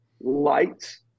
lights